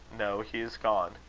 no. he is gone.